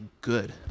good